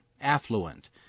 affluent